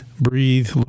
breathe